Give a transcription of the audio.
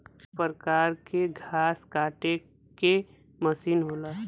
एक परकार के घास काटे के मसीन होला